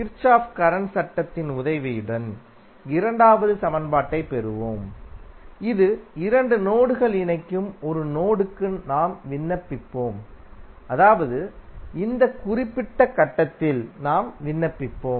Kirchhoff current சட்டத்தின் உதவியுடன் இரண்டாவது சமன்பாட்டைப் பெறுவோம் இது இரண்டு நோடுகள் இணைக்கும் ஒரு நோடுக்கு நாம் விண்ணப்பிப்போம் அதாவது இந்த குறிப்பிட்ட கட்டத்தில் நாம் விண்ணப்பிப்போம்